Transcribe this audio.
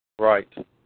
Right